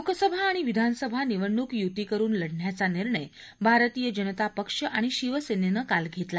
लोकसभा आणि विधानसभा निवडणूक यूती करून लढण्याचा निर्णय भारतीय जनता पक्ष आणि शिवसेनेनं काल घेतला